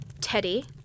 Teddy